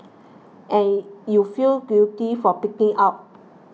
and you feel guilty for pigging out